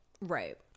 Right